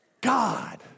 God